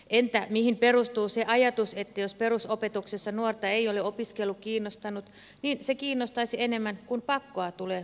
entä mihin perustuu se ajatus että jos perusopetuksessa nuorta ei ole opiskelu kiinnostanut niin se kiinnostaisi enemmän kun pakkoa tulee vuosi lisää